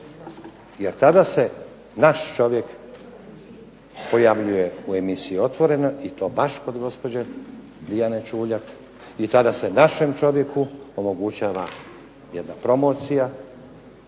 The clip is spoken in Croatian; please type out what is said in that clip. Jer tada se naš čovjek pojavljuje u emisiji "Otvoreno" i to baš kod gospođe Dijane Čuljak i tada se našem čovjeku omogućava jedna promocija